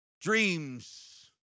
Dreams